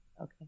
Okay